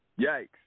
yikes